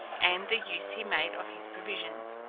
and the use he made of his provisions.